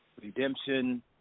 redemption